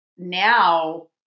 Now